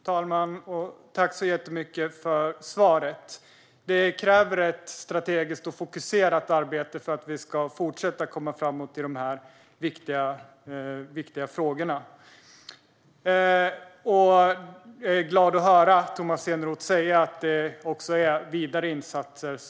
Herr talman! Tack så jättemycket för svaret! Det krävs ett strategiskt och fokuserat arbete för att vi ska fortsätta komma framåt i de här viktiga frågorna. Jag är glad att höra Tomas Eneroth säga att regeringen planerar vidare insatser.